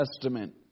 Testament